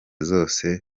zose